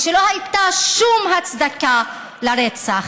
ולא הייתה שום הצדקה לרצח.